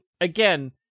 again